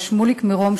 שמוליק מירום,